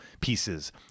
Pieces